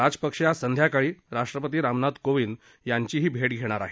राजपक्षे आज संघ्याकाळी राष्ट्रपती रामनाथ कोविंद यांची भेट घेणार आहेत